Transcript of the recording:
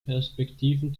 perspektiven